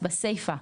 בסיפה,